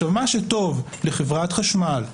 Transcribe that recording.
מה שטוב לחברת חשמל,